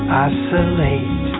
isolate